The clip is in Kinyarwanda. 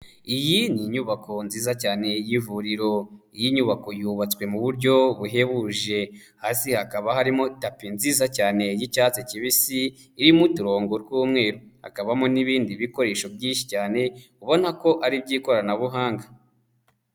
Iyi ni inyubako nziza cyane y'ivuriro, iyi nyubako yubatswe mu buryo buhebuje, hasi hakaba harimo tapi nziza cyane y'icyatsi kibisi irimo uturongo tw'umweru, hakabamo n'ibindi bikoresho byinshi cyane ubona ko ari iby'ikoranabuhanga.